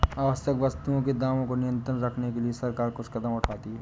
आवश्यक वस्तुओं के दामों को नियंत्रित रखने के लिए सरकार कुछ कदम उठाती है